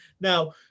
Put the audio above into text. now